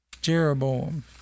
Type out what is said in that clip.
Jeroboam